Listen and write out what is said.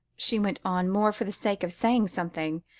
she went on, more for the sake of saying something,